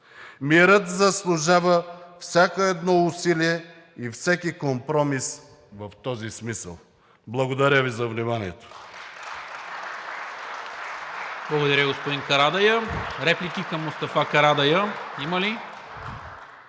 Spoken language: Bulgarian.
Мирът заслужава всяко едно усилие и всеки компромис в този смисъл. Благодаря Ви за вниманието.